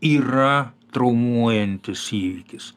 yra traumuojantis įvykis